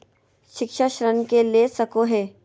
शिक्षा ऋण के ले सको है?